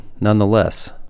nonetheless